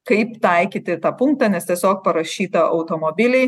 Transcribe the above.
kaip taikyti tą punktą nes tiesiog parašyta automobiliai